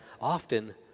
often